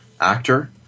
actor